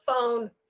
phone